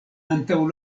antaŭ